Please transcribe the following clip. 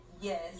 yes